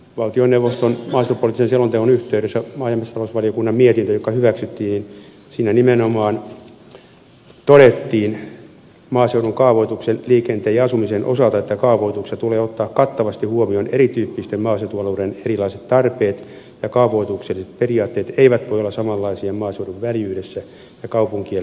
valtioneuvoston maaseutupoliittisen selonteon yhteydessä maa ja metsätalousvaliokunnan mietinnössä joka hyväksyttiin nimenomaan todettiin maaseudun kaavoituksen liikenteen ja asumisen osalta että kaavoituksessa tulee ottaa kattavasti huomioon erityyppisten maaseutualueiden erilaiset tarpeet ja kaavoitukselliset periaatteet eivät voi olla samanlaisia maaseudun väljyydessä ja kaupunkien läheisyydessä